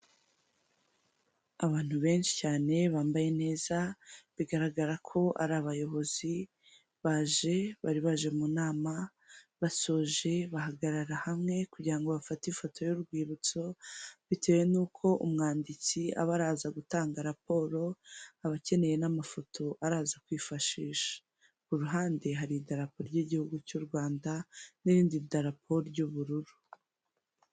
Abantu benshi cyane bambaye neza bigaragara ko ari abayobozi, baje bari baje mu nama, basoje bahagarara hamwe kugira ngo bafate ifoto y'urwibutso, bitewe nuko umwanditsi aba araza gutanga raporo aba akeneye n'amafoto araza kwifashisha, ku ruhande hari idarapo ry'igihugu cy'u Rwanda n'irindi darapo ry'ubururu.